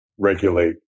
regulate